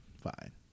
fine